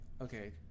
okay